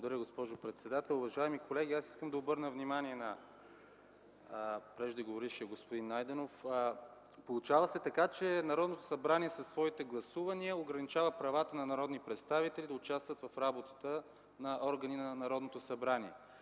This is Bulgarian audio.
Благодаря, госпожо председател. Уважаеми колеги, аз искам да обърна внимание на преждеговорившия господин Найденов! Получава се така, че Народното събрание със своите гласувания ограничава правата на народни представители да участват в работата на органи на Народното събрание.